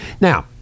Now